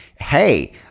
Hey